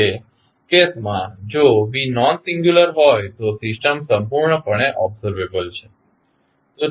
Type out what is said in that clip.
તે કેસમાં જો V નોનસિંગ્યુલર હોય તો સિસ્ટમ સંપૂર્ણપણે ઓબ્ઝર્વેબલ છે